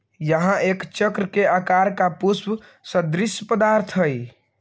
यह एक चक्र के आकार का पुष्प सदृश्य पदार्थ हई